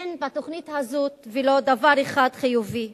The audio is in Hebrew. אין בתוכנית הזאת ולו דבר אחד חיובי.